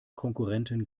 konkurrenten